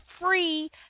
free